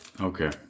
Okay